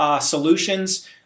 solutions